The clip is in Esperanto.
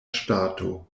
ŝtato